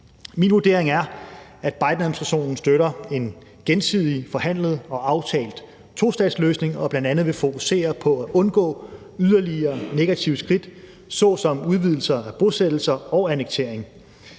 Min vurdering er, at Bidenadministrationen støtter en gensidig forhandlet og aftalt tostatsløsning og bl.a. vil fokusere på at undgå yderligere negative skridt såsom udvidelser af bosættelser og annektering.